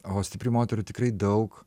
o stiprių moterų tikrai daug